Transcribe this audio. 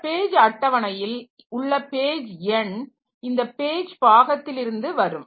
இந்த பேஜ் அட்டவணையில் உள்ள பேஜ் எண் இந்த பேஜ் பாகத்தில் இருந்து வரும்